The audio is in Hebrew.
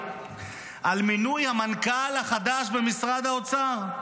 על מינוי המנכ"ל החדש במשרד האוצר,